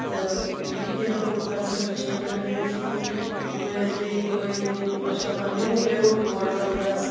تہٕ مےٚ ہٮ۪کے نہٕ پوٗرٕ کَنسنٹریشن مےٚ پٮ۪ٹھ روٗزِتھ کینٛہہ مےٚ ٲسۍ بیٚیہِ باے بیٚنہِ ماشااللہ مےٚ روٚٹ لوڈ زَبردست